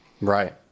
Right